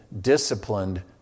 disciplined